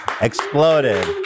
Exploded